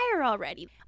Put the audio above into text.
already